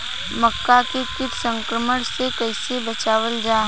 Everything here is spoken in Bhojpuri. मक्का के कीट संक्रमण से कइसे बचावल जा?